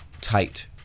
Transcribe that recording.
tight